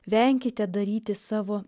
venkite daryti savo